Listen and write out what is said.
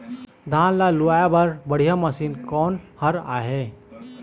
धान ला लुआय बर बढ़िया मशीन कोन हर आइ?